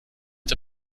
der